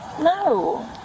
No